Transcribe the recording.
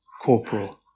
corporal